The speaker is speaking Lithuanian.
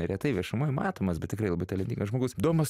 retai viešumoj matomas bet tikrai labai talentingas žmogus domas